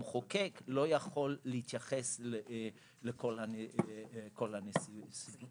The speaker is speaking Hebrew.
המחוקק לא יכול להתייחס לכל הנסיבות.